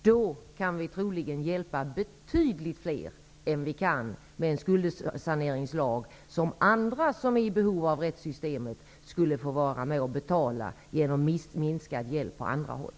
Därigenom kan vi troligen hjälpa betydligt fler än vad vi kan göra med en skuldsaneringslag, som andra som är i behov av rättssystemet skulle få vara med och betala genom minskad hjälp på andra håll.